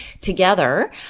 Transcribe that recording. together